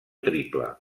triple